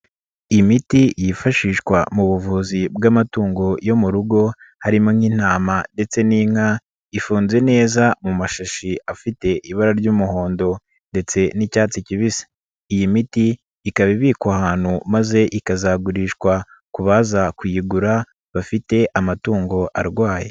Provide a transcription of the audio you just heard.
Imiti yifashishwa mu buvuzi bw'amatungo yo mu rugo harimo nk'intama ndetse n'inka ifunze neza mu mashashi afite ibara ry'umuhondo ndetse n'icyatsi kibisi, iyi miti ikaba ibikwa ahantu maze ikazagurishwa ku baza kuyigura bafite amatungo arwaye.